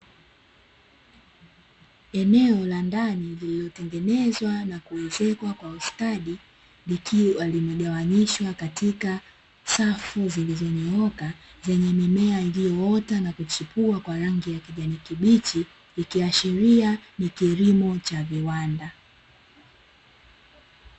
Eneo la ndani lililotengenezwa na kuezekwa kwa ustadi, ikiwa limegawanyishwa katika safu zilizonyooka zenye mimea iliyoota na kuchipua kwa rangi ya kijani kibichi, ikiashiria ni kilimo cha viwanda.